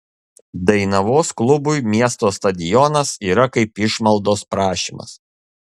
dainavos klubui miesto stadionas yra kaip išmaldos prašymas